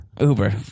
Uber